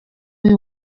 you